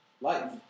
life